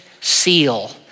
seal